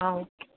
ஆ okay